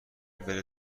بره